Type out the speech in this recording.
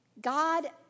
God